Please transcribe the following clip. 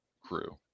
crew